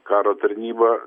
karo tarnybą